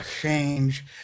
change